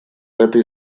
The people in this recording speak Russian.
этой